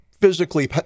physically